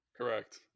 Correct